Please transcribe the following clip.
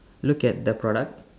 look at the products